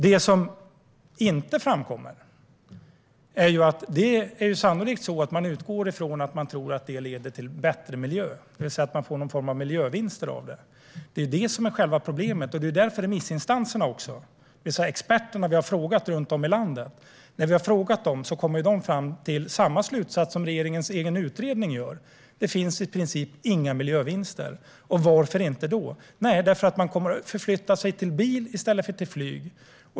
Det som inte framkommer är att man sannolikt utgår från att man tror att flygskatten leder till bättre miljö, det vill säga att man får någon form av miljövinster av den. Det är det som är själva problemet. Det är också därför remissinstanserna, det vill säga de experter runt om i landet som vi har frågat, kommer fram till samma slutsats som regeringens egen utredning: Det finns i princip inga miljövinster. Och varför inte då? Jo, därför att man kommer att förflytta sig med bil i stället för med flyg.